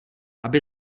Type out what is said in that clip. aby